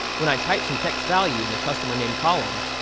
when i type some text value in the customer name column.